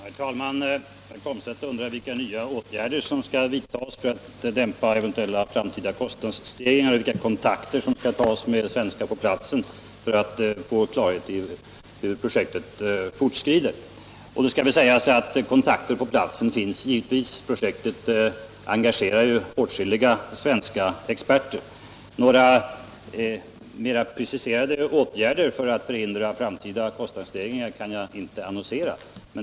Herr talman! Herr Komstedt undrar vilka nya åtgärder som skall vidtas för att man skall kunna dämpa eventuella framtida kostnadsstegringar och vilka kontakter som skall tas med svenskar på platsen för att vi skall få klarhet i hur projektet fortskrider. Kontakter på platsen finns givetvis. Projektet engagerar ju åtskilliga svenska experter. Några mer preciserade åtgärder för att förhindra framtida kostnadsstegringar kan jag inte annonsera.